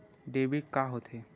Debit का होथे?